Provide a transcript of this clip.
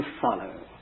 follow